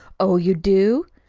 oh, you do!